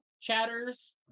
chatters